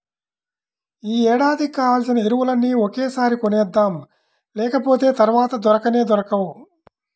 యీ ఏడాదికి కావాల్సిన ఎరువులన్నీ ఒకేసారి కొనేద్దాం, లేకపోతె తర్వాత దొరకనే దొరకవు